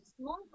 Small